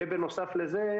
ובנוסף לזה,